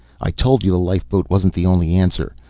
i told you the lifeboat wasn't the only answer.